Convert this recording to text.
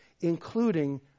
including